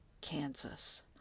Kansas